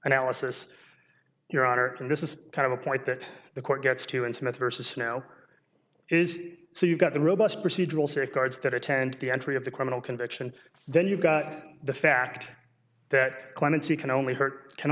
analysis your honor and this is kind of a point that the court gets to intimate versus now is so you've got the robust procedural safeguards that attend the entry of the criminal conviction then you've got the fact that clemency can only hurt can